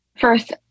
First